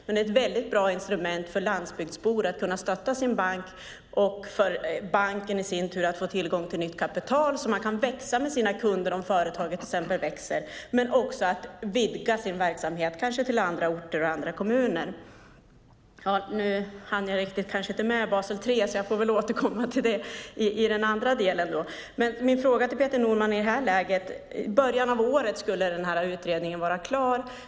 Men de är ett mycket bra instrument för landsbygdsbor att kunna stötta sin bank och för banken i sin tur att få tillgång till nytt kapital så att man kan växa med sina kunder om företaget till exempel växer men också vidga verksamheten, kanske till andra orter och andra kommuner. Nu hann jag inte ta upp Basel 3. Jag får återkomma till det i nästa anförande. Jag har i detta läge en fråga till Peter Norman. I början av året skulle denna utredning vara klar.